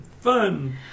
fun